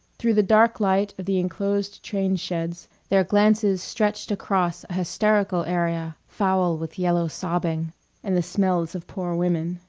through the dark light of the enclosed train-sheds their glances stretched across a hysterical area, foul with yellow sobbing and the smells of poor women.